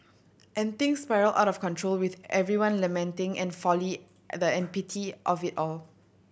and things spiral out of control with everyone lamenting and folly the an pity of it all